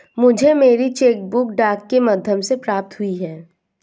मुझे मेरी cheque book डाक के माध्यम से प्राप्त हुई है